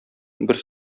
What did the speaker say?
бер